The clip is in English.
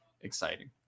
exciting